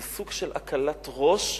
זה סוג של הקלת ראש,